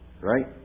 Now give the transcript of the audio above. Right